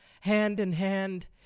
hand-in-hand